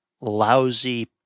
lousy